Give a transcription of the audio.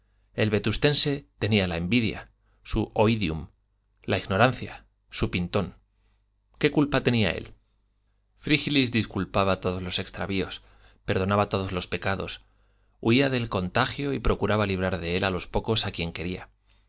el vetustense tenía la envidia su oidium la ignorancia su pintón qué culpa tenía él frígilis disculpaba todos los extravíos perdonaba todos los pecados huía del contagio y procuraba librar de él a los pocos a quien quería